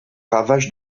ravages